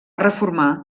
reformar